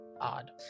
odd